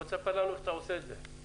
בוא תספר לנו איך אתה עושה את זה.